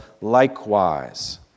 likewise